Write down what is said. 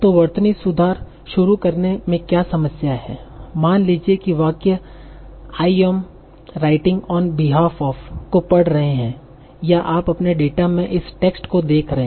तो वर्तनी सुधार शुरू करने में क्या समस्या है मान लीजिए कि वाक्य आई ऍम राइटिंग ओन बेहाल्फ़ ऑफ़ को पढ़ रहे हैं या आप अपने डेटा में इस टेक्सट को देख रहे हैं